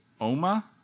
Oma